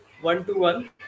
one-to-one